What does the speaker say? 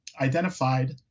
identified